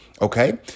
Okay